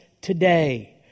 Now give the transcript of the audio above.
today